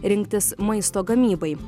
rinktis maisto gamybai